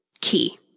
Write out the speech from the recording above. key